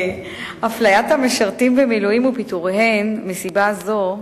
אפליית המשרתים במילואים ופיטוריהם מסיבה זו,